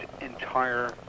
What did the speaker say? entire